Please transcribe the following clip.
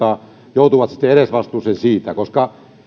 joutuvat sitten edesvastuuseen siitä koska